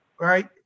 right